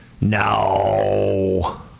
No